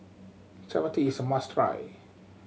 chapati is a must try